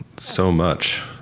so much.